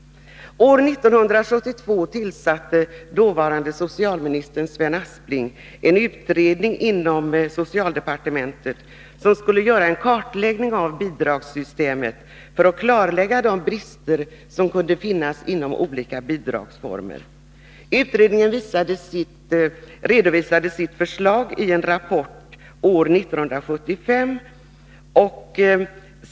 År 1972 tillsatte den dåvarande socialministern Sven Aspling en utredning inom socialdepartementet, som skulle göra en kartläggning av bidragssystemet för att klarlägga de brister som kunde finnas inom olika bidragsformer. Utredningen redovisade sitt förslag i en rapport år 1975.